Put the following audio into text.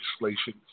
legislation